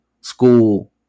school